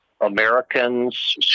Americans